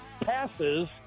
passes